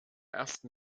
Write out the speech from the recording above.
ersten